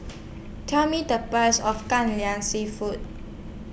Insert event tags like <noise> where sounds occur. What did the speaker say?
<noise> Tell Me The Price of Kai Lan Seafood